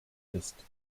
ist